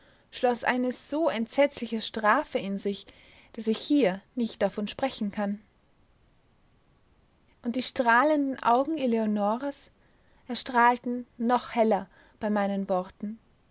schloß eine so entsetzliche strafe in sich daß ich hier nicht davon sprechen kann und die strahlenden augen eleonoras erstrahlten noch heller bei meinen worten